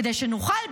כדי שנוכל,